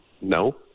no